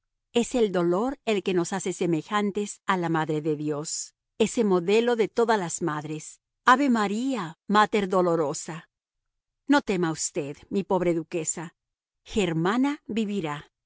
es el dolor el que nos hace semejantes a la madre de dios ese modelo de todas las madres ave maría mater dolorosa no tema usted mi pobre duquesa germana vivirá